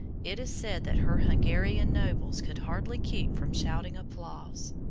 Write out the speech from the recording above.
it is said that her hungarian nobles could hardly keep from shouting applause.